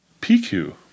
PQ